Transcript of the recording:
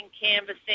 canvassing